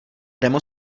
demo